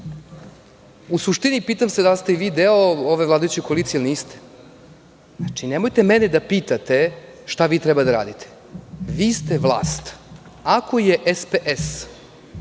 u suštini pitam se da li ste vi deo ove vladajuće koalicije ili niste? Znači, nemojte mene da pitate šta vi treba da radite. Vi ste vlast. Ako je SPS